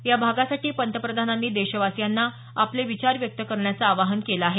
या भागासाठी पंतप्रधानांनी देशवासियांना आपले विचार व्यक्त करण्याचं आवाहन केलं आहे